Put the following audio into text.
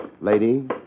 lady